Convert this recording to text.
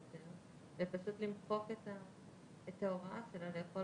את כותבת "מפקח שהוא עובד